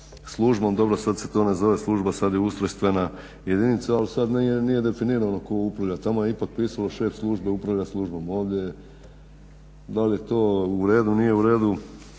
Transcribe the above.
službom. Dobro sad se to ne zove služba, sad je ustrojstvena jedinica, ali sad nije definirano tko upravlja. Tamo je ipak pisalo šef službe upravlja službom, ovdje je, da li je to u redu, nije u redu